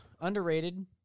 underrated